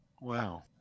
Wow